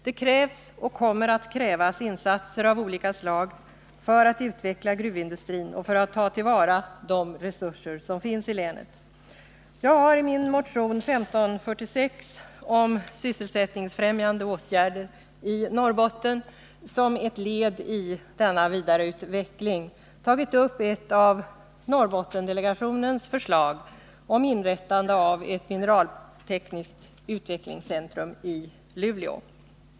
Det krävs och kommer att krävas insatser av olika slag för att utveckla gruvindustrin och för att ta till vara de resurser som finns i länet. Jag har i min motion 1546 om sysselsättningsfrämjande åtgärder i Norrbotten som ett led i denna vidareutveckling tagit upp ett av Norrbottendelegationens förslag om inrättande av ett mineraltekniskt utvecklings centrum i Luleå.